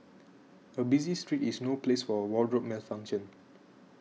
a busy street is no place for a wardrobe malfunction